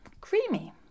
creamy